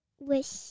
wish